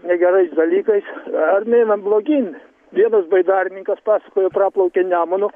negerais dalykais ar neinam blogyn vienas baidarininkas pasakojo praplaukė nemunu